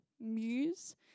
muse